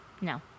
No